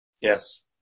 Yes